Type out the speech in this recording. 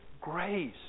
grace